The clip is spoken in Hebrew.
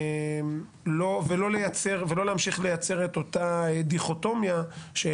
ולא להמשיך ולייצר את אותה הדיכוטומיה של: